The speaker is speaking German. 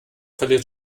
verliert